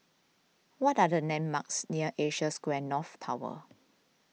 what are the landmarks near Asia Square North Tower